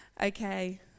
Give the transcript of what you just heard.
Okay